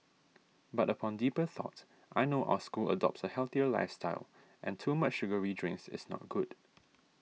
but upon deeper thought I know our school adopts a healthier lifestyle and too much sugary drinks is not good